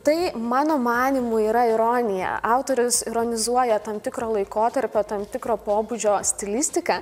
tai mano manymu yra ironija autorius ironizuoja tam tikro laikotarpio tam tikro pobūdžio stilistiką